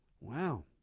Wow